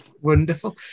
wonderful